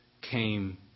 came